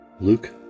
Luke